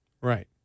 Right